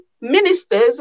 ministers